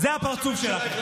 זה הפרצוף שלכם.